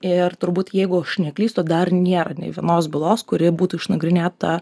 ir turbūt jeigu aš neklystu dar nėra nei vienos bylos kuri būtų išnagrinėta